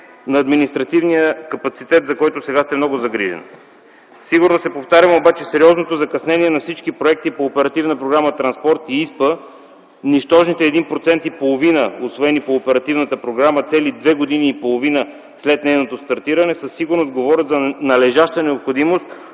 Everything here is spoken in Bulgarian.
на административния капацитет, за който сега сте много загрижен. Сигурно се повтарям, обаче сериозното закъснение на всички проекти по оперативна програма „Транспорт” и ИСПА, нищожните 1,5% усвоени по оперативната програма цели две години и половина след нейното стартиране със сигурност говорят за належаща необходимост